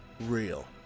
real